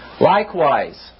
Likewise